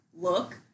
look